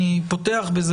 אני פותח בזה,